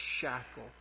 shackle